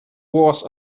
was